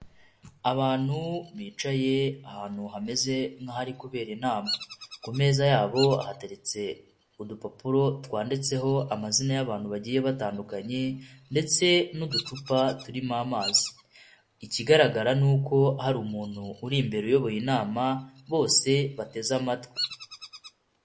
Abantu bicaye ahantu hameze nk'ahari kubera inama. Ku meza yabo hateretse udupapuro twanditseho amazina y'abantu bagiye batandukanye, ndetse n'uducupa turimo amazi. Ikigaragara ni uko hari umuntu uri imbere uyoboye inama bose bateze amatwi.